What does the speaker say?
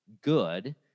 good